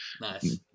Nice